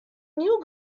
new